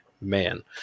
man